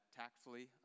tactfully